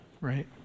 right